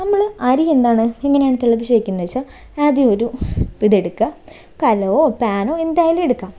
നമ്മൾ അരിയെന്താണ് എങ്ങനെയാണ് തിളപ്പിച്ച് വയ്ക്കുന്നതെന്ന് വെച്ചാൽ ആദ്യമൊരു ഇത് എടുക്കുക കലമോ പാനോ എന്തായാലും എടുക്കുക